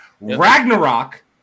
Ragnarok